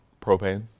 propane